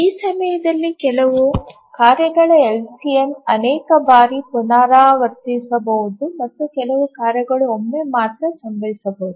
ಈ ಸಮಯದಲ್ಲಿ ಕೆಲವು ಕಾರ್ಯಗಳ ಎಲ್ಸಿಎಂ ಅನೇಕ ಬಾರಿ ಪುನರಾವರ್ತಿಸಬಹುದು ಮತ್ತು ಕೆಲವು ಕಾರ್ಯಗಳು ಒಮ್ಮೆ ಮಾತ್ರ ಸಂಭವಿಸಬಹುದು